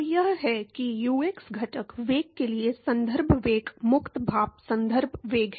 तो यह है कि यू एक्स घटक वेग के लिए संदर्भ वेग मुक्त भाप संदर्भ वेग है